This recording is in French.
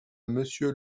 monsieur